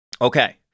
Okay